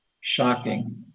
shocking